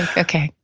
ah okay,